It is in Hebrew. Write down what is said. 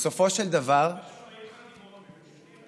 בסופו של דבר יש 40 חתימות ביום שני.